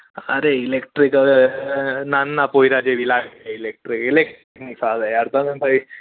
અરે ઇલેક્ટ્રિક હવે નાનાં પોયરા જેવી લાગે ઇલેક્ટ્રિક નહીં ફાવે યાર તમે ભાઈ